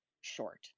short